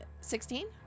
sixteen